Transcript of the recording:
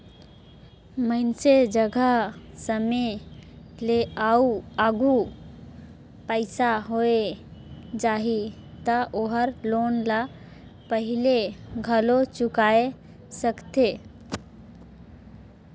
मइनसे जघा समे ले आघु पइसा होय जाही त ओहर लोन ल पहिले घलो चुकाय सकथे